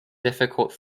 difficult